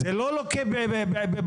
זה לא לוקה בבעיה,